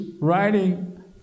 writing